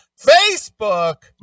Facebook